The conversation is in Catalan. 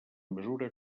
mesura